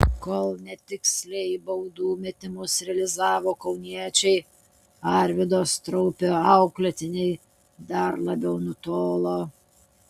kol netiksliai baudų metimus realizavo kauniečiai arvydo straupio auklėtiniai dar labiau nutolo